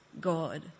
God